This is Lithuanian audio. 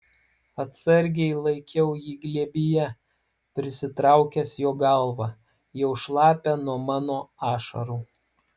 atsargiai laikiau jį glėbyje prisitraukęs jo galvą jau šlapią nuo mano ašarų